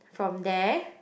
from there